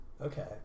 Okay